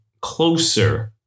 closer